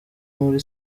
muri